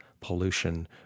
pollution